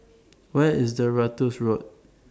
Where IS Ratus Road